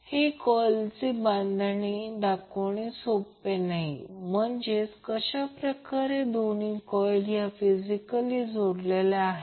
हे कॉइलचे बांधणे दाखवणे सोपे नाही म्हणजेच कशाप्रकारे दोन्हीही कॉइल या फिजिकली जोडलेल्या आहेत